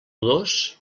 dos